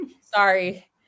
Sorry